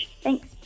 Thanks